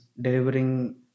delivering